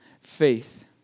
faith